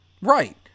right